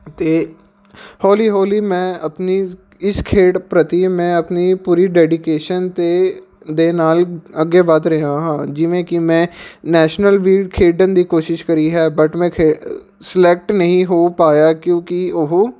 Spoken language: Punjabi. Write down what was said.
ਅਤੇ ਹੌਲੀ ਹੌਲੀ ਮੈਂ ਆਪਣੀ ਇਸ ਖੇਡ ਪ੍ਰਤੀ ਮੈਂ ਆਪਣੀ ਪੂਰੀ ਡੈਡੀਕੇਸ਼ਨ ਅਤੇ ਦੇ ਨਾਲ ਅੱਗੇ ਵੱਧ ਰਿਹਾ ਹਾਂ ਜਿਵੇਂ ਕਿ ਮੈਂ ਨੈਸ਼ਨਲ ਵੀ ਖੇਡਣ ਦੀ ਕੋਸ਼ਿਸ਼ ਕਰੀ ਹੈ ਬਟ ਮੈਂ ਖੇ ਸਲੈਕਟ ਨਹੀਂ ਹੋ ਪਾਇਆ ਕਿਉਂਕਿ ਉਹ